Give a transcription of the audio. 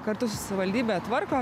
kartu su savivaldybe tvarko